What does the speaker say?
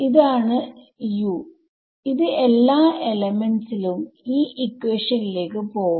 ഇതാണ് Us ഇത് എല്ലാ എലമെന്റ്സ് ലും ഈ ഇക്വേഷൻ ലേക്ക് പോവും